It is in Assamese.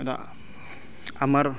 আমাৰ